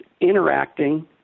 interacting